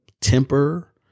temper